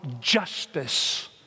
justice